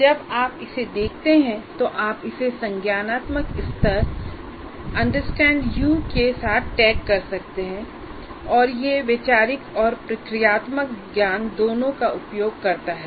जब आप इसे देखते हैं तो आप इसे संज्ञानात्मक स्तर अंडरस्टैंड यू के साथ टैग कर सकते हैं और यह वैचारिक और प्रक्रियात्मक ज्ञान दोनों का उपयोग करता है